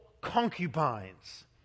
concubines